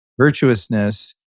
Virtuousness